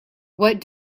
what